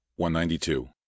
192